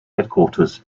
headquarters